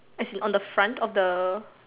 as in on the front of the